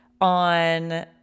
on